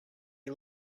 you